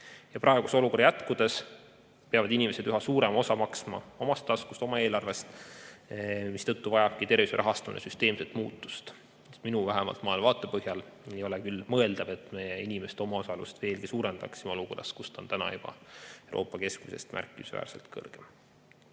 Praeguse olukorra jätkudes peavad inimesed üha suurema osa maksma omast taskust, oma eelarvest, mistõttu vajabki tervishoiu rahastamine süsteemset muutust. Vähemalt minu maailmavaate põhjal ei ole küll mõeldav, et meie inimeste omaosalust veelgi suurendaksime olukorras, kus see on juba Euroopa keskmisest märkimisväärselt kõrgem.